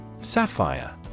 Sapphire